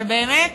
אבל באמת,